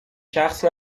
شخص